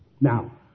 Now